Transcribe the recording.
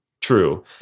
true